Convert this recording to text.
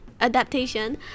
adaptation